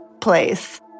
place